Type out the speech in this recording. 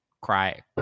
cry